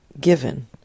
given